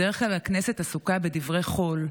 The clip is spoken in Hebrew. בדרך כלל הכנסת עסוקה בדברי חול,